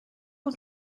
con